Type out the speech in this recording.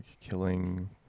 killing